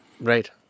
Right